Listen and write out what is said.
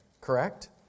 Correct